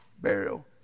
burial